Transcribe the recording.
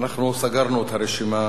אנחנו סגרנו את הרשימה,